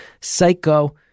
Psycho